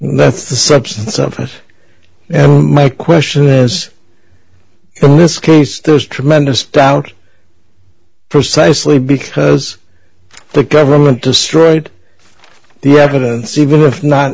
that's the substance of this and my question is in this case there was tremendous doubt precisely because the government destroyed the evidence even if not